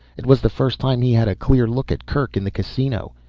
it was the first time he had a clear look at kerk in the casino.